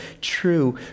true